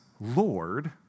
Lord